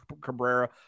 Cabrera